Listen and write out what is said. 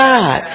God